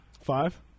five